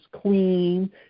clean